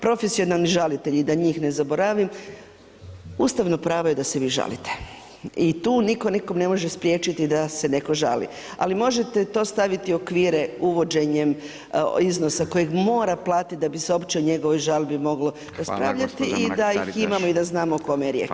Profesionalni žalitelji da njih ne zaboravim, ustavno pravo je da se vi žalite i tu niko nikome ne može spriječiti da se neko žali, ali možete to staviti u okvire uvođenjem iznosa kojeg mora platiti da bi se uopće o njegovoj žalbi moglo raspravljati i da ih imamo i da znamo o kome je riječ.